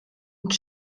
und